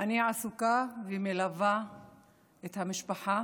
אני עסוקה ומלווה את המשפחה